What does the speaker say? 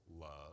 love